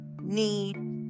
need